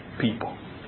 people